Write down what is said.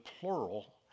plural